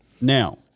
Now